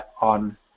on